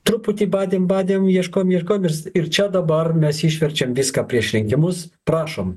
truputį badėm badėm ieškojom ieškojom ir čia dabar mes išverčiam viską prieš rinkimus prašom